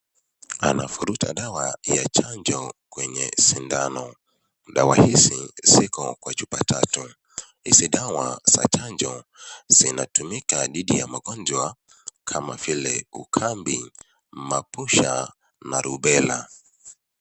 Anavuruta dawa ya chanjo kwenye sindano, dawa hizi iko kwa chupa tatu. Ni dawa za chanjo inatumika dhidi ya magojwa kama vile ukambi, mapusha na rubella.